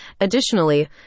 Additionally